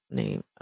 name